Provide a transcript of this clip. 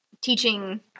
teaching